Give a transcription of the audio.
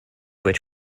which